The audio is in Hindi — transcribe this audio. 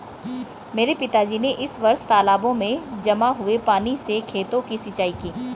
मेरे पिताजी ने इस वर्ष तालाबों में जमा हुए पानी से खेतों की सिंचाई की